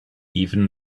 even